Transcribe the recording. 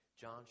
John